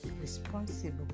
responsible